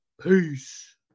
Peace